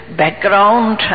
background